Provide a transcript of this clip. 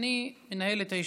אני, מנהל את הישיבה,